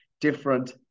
different